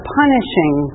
punishing